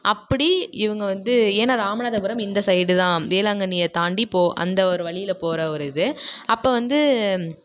அப்படி இவங்க வந்து ஏன்னால் இராமநாதபுரம் இந்த சைடு தான் வேளாங்கண்ணியை தாண்டி போ அந்த ஒரு வழியில் போகிற ஒரு இது அப்போ வந்து